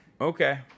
Okay